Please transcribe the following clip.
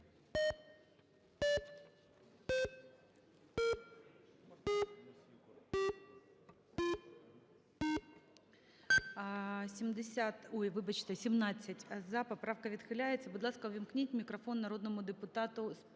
За-17 Поправка відхиляється. Будь ласка, увімкніть мікрофон народному депутату